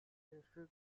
district